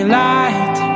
light